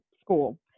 school